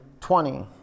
Twenty